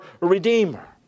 Redeemer